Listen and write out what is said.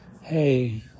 hey